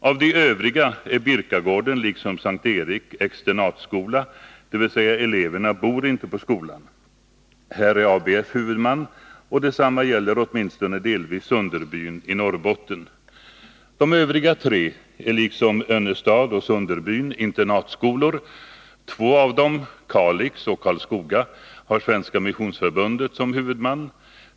Av de övriga är Birkagården liksom S:t Erik externatskola, dvs. eleverna bor inte på skolan. Här är ABF huvudman, och detsamma gäller åtminstone delvis Sunderbyn i Norrbotten. De övriga tre är liksom Önnestad och Sunderbyn internatskolor. Två av dem, nämligen Kalix och Karlskoga folkhögskolor har Svenska missionsförbundet som huvudman.